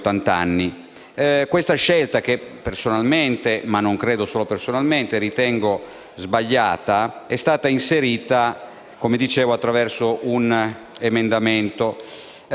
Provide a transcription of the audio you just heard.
Questa scelta, che personalmente - ma credo di non essere il solo - ritengo sbagliata, è stata inserita, come dicevo, attraverso un emendamento.